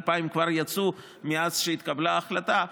2,000 כבר יצאו מאז שהתקבלה ההחלטה,